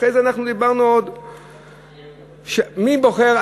אחרי זה אנחנו דיברנו עוד מי בוחר,